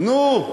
נו,